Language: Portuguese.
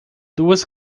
duas